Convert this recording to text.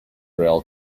rail